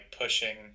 pushing